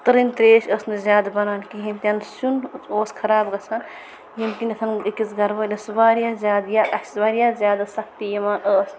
تٔرٕنۍ تریش ٲس نہٕ زیادٕ بَنان کِہِنۍ تہِ نہٕ سیوٚن اوس خَراب گَژھان ییٚمہِ کِنٮ۪تھ أکِس گَرٕ وٲلِس واریاہ زیادٕ یا اسہِ واریاہ زیادٕ سختی یِوان ٲس